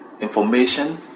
information